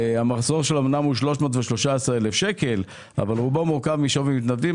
המחזור שלה אמנם הוא 313 אלף שקלים אבל רובו מורכב משווי מתנדבים,